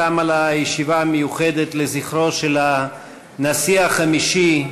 תמה לה הישיבה המיוחדת לזכרו של הנשיא החמישי,